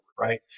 Right